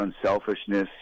unselfishness